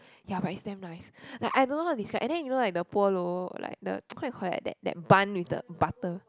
ya but it's damn nice like I don't know how to describe and then you know like the Polo like the what you call that that bun with butter